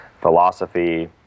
philosophy